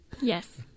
Yes